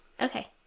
Okay